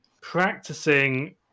practicing